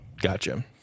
Gotcha